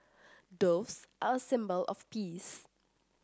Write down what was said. doves are a symbol of peace